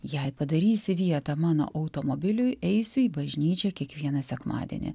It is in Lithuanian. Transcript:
jei padarysi vietą mano automobiliui eisiu į bažnyčią kiekvieną sekmadienį